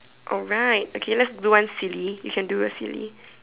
alright okay let's do one silly we can do a silly